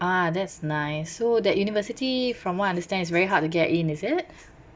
ah that's nice so that university from what I understand it's very hard to get in is it